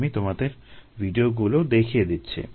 আমি তোমাদের ভিডিওগুলো দেখিয়ে দিচ্ছি